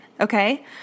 okay